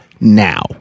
now